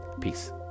peace